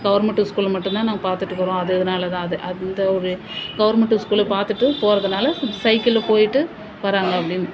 government ஸ்கூலில் மட்டும்தான் நாங்கள் பார்த்துட்டுக்குறோம் அதனாலதான் அது அந்த ஒரு கவர்மெண்ட்டு ஸ்கூலில் பார்த்துட்டு போவதுனால சைக்கிளில் போயிவிட்டு வராங்க அப்படின்னு